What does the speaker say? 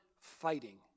fighting